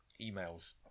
emails